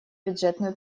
бюджетную